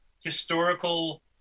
historical